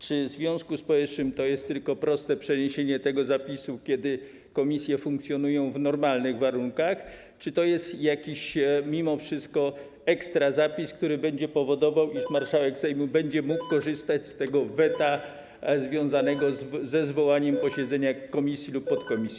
Czy w związku z powyższym to jest tylko proste przeniesienie tego zapisu, kiedy komisje funkcjonują w normalnych warunkach, czy to jest jakiś mimo wszystko ekstra zapis, który będzie powodował, iż marszałek Sejmu będzie mógł korzystać z tego weta związanego ze zwołaniem posiedzenia komisji lub podkomisji?